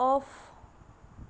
off